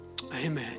Amen